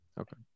Okay